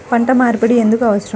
పంట మార్పిడి ఎందుకు అవసరం?